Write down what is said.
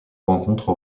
rencontre